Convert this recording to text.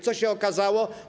Co się okazało?